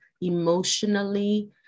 emotionally